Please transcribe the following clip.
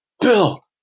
Bill